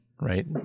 right